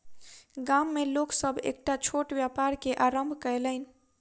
गाम में लोक सभ एकटा छोट व्यापार के आरम्भ कयलैन